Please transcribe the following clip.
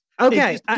Okay